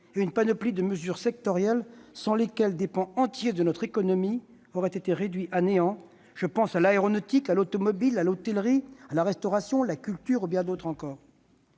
et une panoplie de mesures sectorielles sans lesquelles des pans entiers de notre économie auraient été réduits à néant. Je pense à l'aéronautique, à l'automobile, à l'hôtellerie, à la restauration, à la culture, et à bien d'autres encore.